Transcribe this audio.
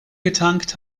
getankt